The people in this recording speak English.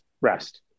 rest